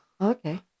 Okay